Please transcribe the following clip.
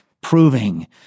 proving